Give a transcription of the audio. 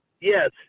yes